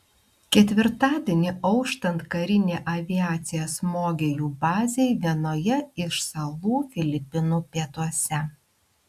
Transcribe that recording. ketvirtadienį auštant karinė aviacija smogė jų bazei vienoje iš salų filipinų pietuose